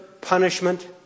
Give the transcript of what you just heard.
punishment